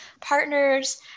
partners